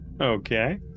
Okay